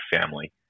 family